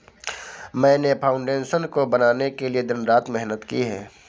मैंने फाउंडेशन को बनाने के लिए दिन रात मेहनत की है